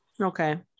okay